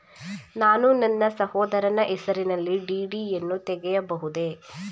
ನಾನು ನನ್ನ ಸಹೋದರನ ಹೆಸರಿನಲ್ಲಿ ಡಿ.ಡಿ ಯನ್ನು ತೆಗೆಯಬಹುದೇ?